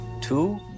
two